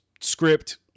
script